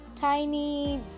tiny